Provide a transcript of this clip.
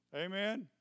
amen